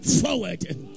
forward